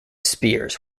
spears